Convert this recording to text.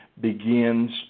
begins